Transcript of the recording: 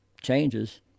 changes